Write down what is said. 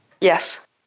Yes